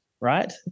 right